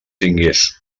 tingues